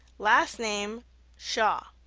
last name shaw,